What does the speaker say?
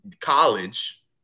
college